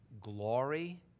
glory